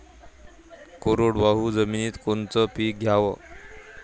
कोरडवाहू जमिनीत कोनचं पीक घ्याव?